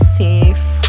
safe